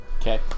Okay